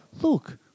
look